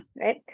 right